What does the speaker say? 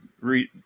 read